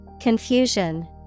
Confusion